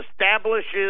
establishes